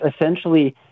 essentially